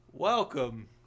Welcome